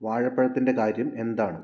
വാഴപ്പഴത്തിൻ്റെ കാര്യം എന്താണ്